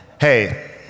hey